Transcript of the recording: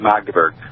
Magdeburg